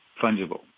fungible